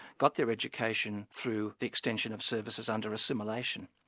got their education through the extension of services under assimilation.